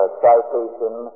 citation